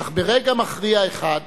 אך ברגע מכריע אחד